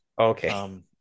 Okay